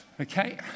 Okay